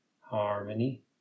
harmony